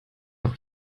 auch